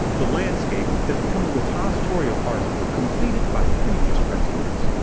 the landscape has become a repository of artwork completed by previous residents.